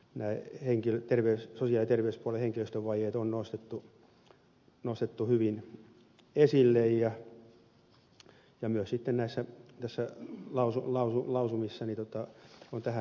tässä mietinnössä nämä sosiaali ja terveyspuolen henkilöstövajeet on nostettu hyvin esille ja myös sitten näissä lausumissa on tähän seikkaan kiinnitetty huomiota